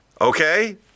okay